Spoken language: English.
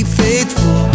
faithful